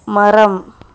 மரம்